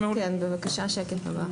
בבקשה, השקף הבא.